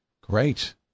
Great